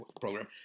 program